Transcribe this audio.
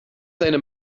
seine